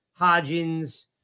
Hodgins